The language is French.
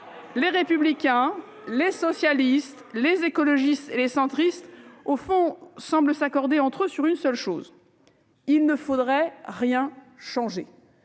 Les Républicains, les socialistes, les écologistes et les centristes semblent s'accorder, au fond, sur une seule chose : il ne faudrait rien changer.